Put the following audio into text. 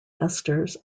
esters